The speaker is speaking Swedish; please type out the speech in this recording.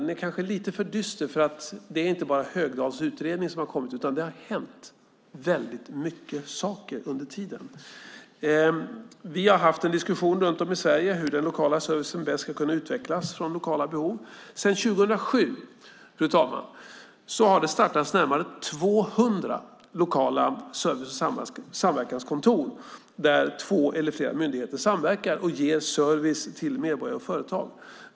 Den är kanske lite för dyster. Det är inte bara Högdahls utredning som har kommit, utan mycket har hänt under tiden. Vi har runt om i Sverige haft en diskussion om hur den lokala servicen bäst ska kunna utvecklas utifrån lokala behov. Sedan 2007, fru talman, har det startats närmare 200 lokala service och samverkanskontor där två eller fler myndigheter samverkar och ger service till medborgare och företag.